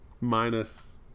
Minus